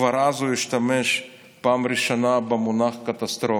כבר אז הוא השתמש בפעם הראשונה במונח קטסטרופה.